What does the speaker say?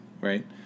Right